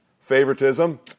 favoritism